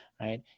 right